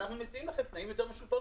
ואנחנו מציעים לכם תנאים יותר משופרים,